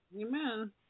Amen